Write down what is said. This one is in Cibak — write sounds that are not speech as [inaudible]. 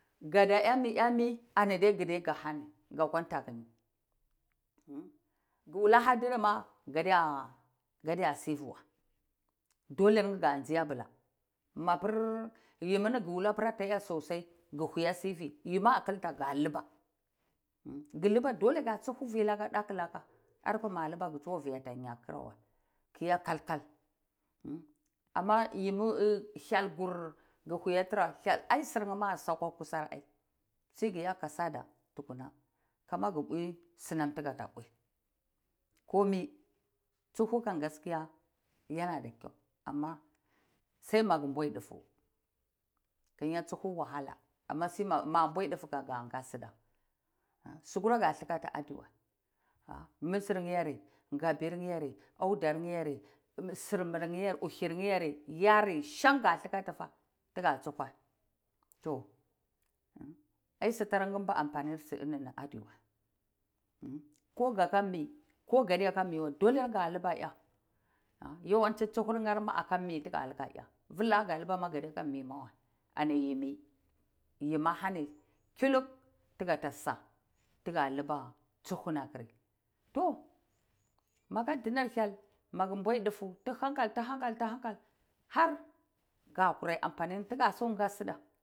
Kada ami ami da kude ka hani akwa dakuni umm [hesitation] laka firnima kada sifiwa dole ka tsi mbla mabir yimini kulabir ata a sosai [unintelligible] ku huweya sifi kuluba dole ka tsaku filaka kulaka, arbe ba luba kusu fitakya krawa, ku a kalkal umm [hesitation] hyel kur ku huwi laba ai sirkyema ata sa kwa kusr sai ku a kasada [unintelligible] kama ku simam takata ume komi tsuhukam gaskiya yanada kyau amma sai maku boi dufu duniya tsuhu wahala, amma boidufu kaka sida sukura ka thlakati adua mzeyeni gabiytiyona, au dakyene, siruyene uhikyene, yari sonk ka ati tukwa tsuhuye to ci su tra kumba ambani suni aduwa umm [hesitation] ko ka milofi ko kada dole ka luba a, lula tsuhurye aka mi filakama kadeka mimawa ami yimwa yimi hani maka dinar hyel maku bvi dufu du hanka du haukal har ka kurai dusan an tuka so ka sida.